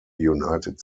united